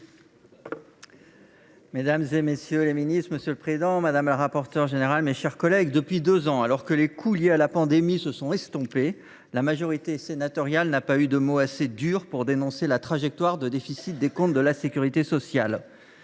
est à M. Bernard Jomier. Monsieur le président, mesdames, messieurs les ministres, mes chers collègues, depuis deux ans, alors que les coûts liés à la pandémie se sont estompés, la majorité sénatoriale n’a pas eu de mots assez durs pour dénoncer la trajectoire de déficit des comptes de la sécurité sociale.